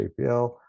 JPL